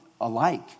alike